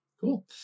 cool